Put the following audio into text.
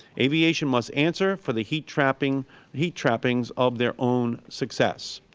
aviation must answer for the heat trappings heat trappings of their own success.